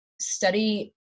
study